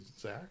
Zach